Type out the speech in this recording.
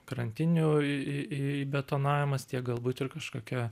krantinių į į įbetonavimas tiek galbūt ir kažkokie